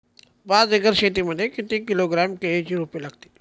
पाच एकर शेती मध्ये किती किलोग्रॅम केळीची रोपे लागतील?